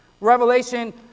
Revelation